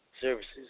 services